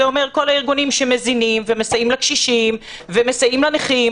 זה אומר שכל הגורמים שמזינים ומסייעים לקשישים ומסייעים לנכים